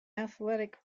athletic